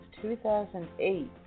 2008